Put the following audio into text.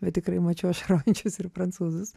bet tikrai mačiau ašarojančius ir prancūzus